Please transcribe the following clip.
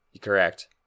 Correct